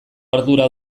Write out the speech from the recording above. ardura